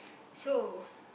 so